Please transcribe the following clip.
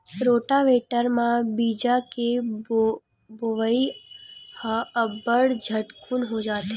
rotavator म बीजा के बोवई ह अब्बड़ झटकुन हो जाथे